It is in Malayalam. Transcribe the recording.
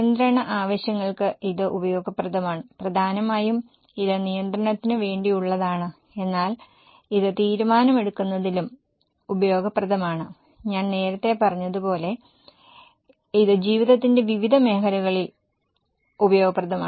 നിയന്ത്രണ ആവശ്യങ്ങൾക്ക് ഇത് ഉപയോഗപ്രദമാണ് പ്രധാനമായും ഇത് നിയന്ത്രണത്തിന് വേണ്ടിയുള്ളതാണ് എന്നാൽ ഇത് തീരുമാനമെടുക്കുന്നതിലും ഉപയോഗപ്രദമാണ് ഞാൻ നേരത്തെ പറഞ്ഞതുപോലെ ഇത് ജീവിതത്തിന്റെ വിവിധ മേഖലകളിൽ ഉപയോഗപ്രദമാണ്